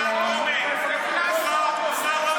את קראת לי גזען עכשיו?